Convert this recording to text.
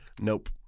Nope